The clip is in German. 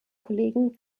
kollegen